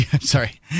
sorry